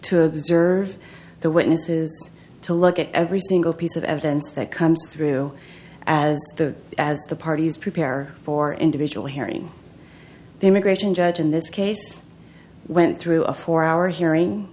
to observe the witnesses to look at every single piece of evidence that comes through as the as the parties prepare for individual hearing their aggression judge in this case went through a four hour hearing